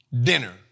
dinner